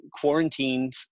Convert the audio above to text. quarantined